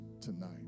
tonight